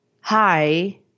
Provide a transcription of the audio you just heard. hi